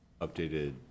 updated